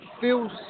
feels